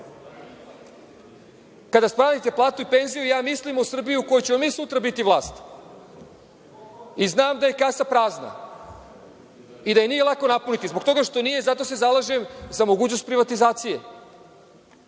spominjete platu i penziju, ja mislim o Srbiji u kojoj ćemo mi sutra biti vlast i znam da je kasa prazna i da je niko lako napuniti. Zbog toga što nije, zato se zalažem za mogućnost privatizacije. Vidim